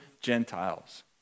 Gentiles